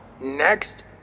Next